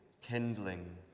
kindling